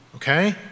Okay